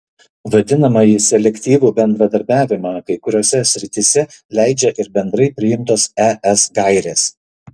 vadinamąjį selektyvų bendradarbiavimą kai kuriose srityse leidžia ir bendrai priimtos es gairės